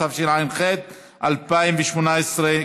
התשע"ח 2018,